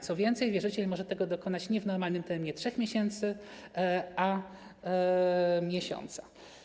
Co więcej, wierzyciel może tego dokonać nie w normalnym terminie 3 miesięcy, ale miesiąca.